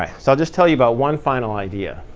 um so i'll just tell you about one final idea.